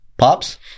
pops